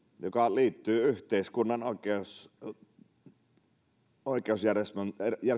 joka liittyy yhteiskunnan oikeusjärjestelmän